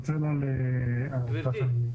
שלום וברכה,